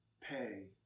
pay